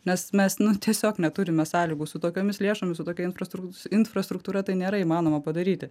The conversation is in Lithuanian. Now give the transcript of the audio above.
nes mes nu tiesiog neturime sąlygų su tokiomis lėšomis su tokia infrastruk infrastruktūra tai nėra įmanoma padaryti